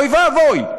אוי ואבוי.